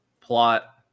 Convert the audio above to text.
Plot